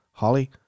holly